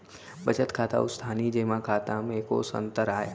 बचत खाता अऊ स्थानीय जेमा खाता में कोस अंतर आय?